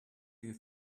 you